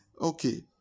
Okay